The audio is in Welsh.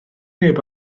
neb